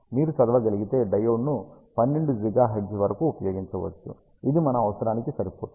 మీరు చదవగలిగితే డయోడ్ను 12 GHz వరకు ఉపయోగించవచ్చు ఇది మన అవసరానికి సరిపోతుంది